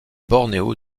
bornéo